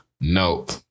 Nope